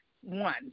one